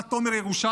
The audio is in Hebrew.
יפעת תומר ירושלמי.